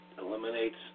eliminates